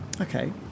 Okay